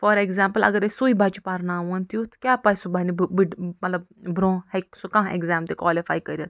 for example اَگر أسۍ سُے بَچہٕ پَرناوہون تیٛتھ کیٛاہ پَے سُہ بَنہِ مطلب برٛونٛہہ ہیٚکہِ سُہ کانٛہہ ایٚگزام تہِ کوالِفَے کٔرِتھ